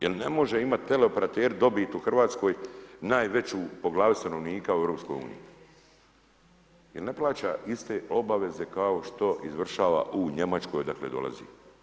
Jer ne može imati teleoperateri dobit u Hrvatskoj, najveću, po glavi st. u EU, jer ne plaće iste obaveze kao što izvršava u Njemačkoj odakle dolazi.